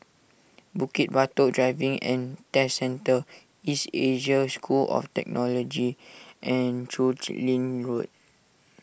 Bukit Batok Driving and Test Centre East Asia School of theology and Chu Lin Road